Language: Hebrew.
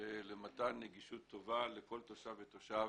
ומתן נגישות טובה לכל תושב ותושב